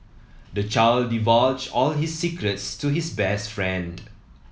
the child divulged all his secrets to his best friend